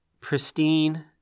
pristine